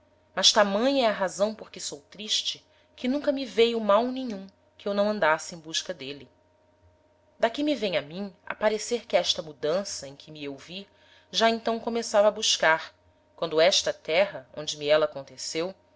mas tamanha é a razão porque sou triste que nunca me veio mal nenhum que eu não andasse em busca d'êle d'aqui me vem a mim a parecer que esta mudança em que me eu vi já então começava a buscar quando esta terra onde me éla aconteceu